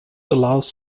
allows